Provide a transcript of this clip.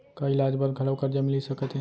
का इलाज बर घलव करजा मिलिस सकत हे?